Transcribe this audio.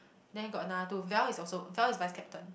then got another two Val is also Val is vice captain